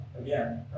again